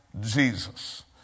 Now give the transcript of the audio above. Jesus